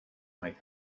make